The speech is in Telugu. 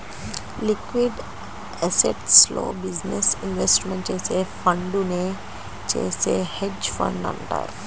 లిక్విడ్ అసెట్స్లో బిజినెస్ ఇన్వెస్ట్మెంట్ చేసే ఫండునే చేసే హెడ్జ్ ఫండ్ అంటారు